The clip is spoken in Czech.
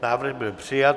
Návrh byl přijat.